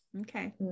okay